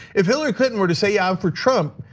if hillary clinton were to say, yeah, i'm for trump,